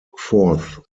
fourth